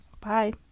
bye